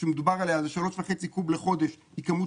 הכמות שמדובר עליה זה 3.5 קוב לחודש היא כמות